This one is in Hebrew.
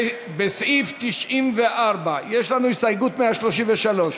בסעיף 94 יש לנו הסתייגות 133,